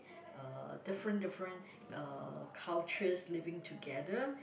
uh different different uh cultures living together